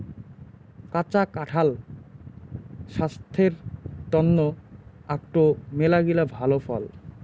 কাঁচা কাঁঠাল ছাস্থের তন্ন আকটো মেলাগিলা ভাল ফল